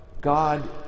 God